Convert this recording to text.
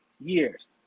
years